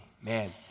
Man